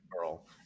girl